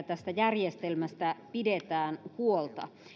tästä järjestelmästä pidetään huolta